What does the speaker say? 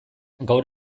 gaur